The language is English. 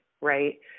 right